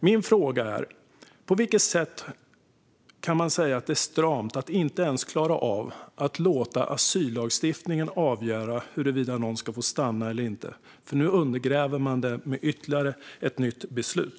Min fråga är: På vilket sätt kan man säga att det är stramt att inte ens klara av att låta asyllagstiftningen avgöra huruvida någon ska få stanna eller inte? Nu undergräver man det ju med ytterligare ett nytt beslut.